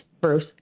Bruce